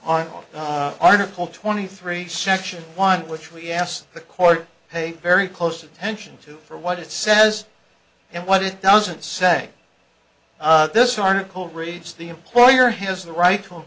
on article twenty three section one which we asked the court pay very close attention to for what it says and what it doesn't say this article reads the employer has the ri